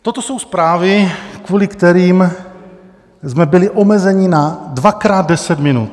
Toto jsou zprávy, kvůli kterým jsme byli omezeni na dvakrát 10 minut.